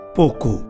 pouco